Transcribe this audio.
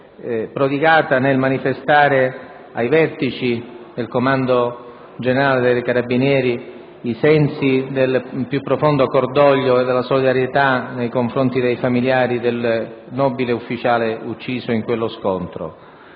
prodigata nel manifestare ai vertici del Comando generale dei carabinieri i sensi del più profondo cordoglio e della solidarietà nei confronti dei familiari del nobile ufficiale ucciso in quello scontro.